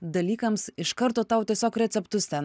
dalykams iš karto tau tiesiog receptus ten